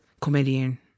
comedian